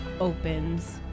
opens